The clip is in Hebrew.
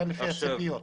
לפי הציפיות.